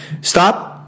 stop